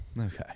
Okay